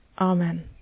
Amen